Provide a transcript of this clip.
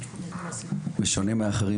בשונה מאחרים,